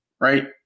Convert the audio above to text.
right